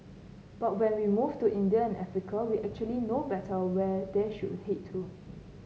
but when we move to India and Africa we actually know better where they should head to